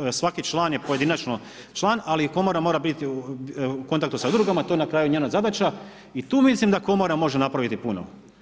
je svaki član pojedinačno član, ali komora mora biti u kontaktu sa udrugama, a to je na kraju njena zadaća i tu mislim da komora može napraviti puno.